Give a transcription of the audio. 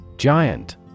Giant